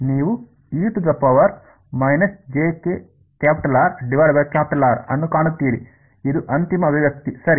ಆದ್ದರಿಂದ ನೀವು ಅನ್ನು ಕಾಣುತ್ತೀರಿ ಇದು ಅಂತಿಮ ಅಭಿವ್ಯಕ್ತಿ ಸರಿ